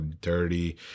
dirty